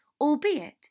albeit